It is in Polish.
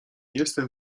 jestem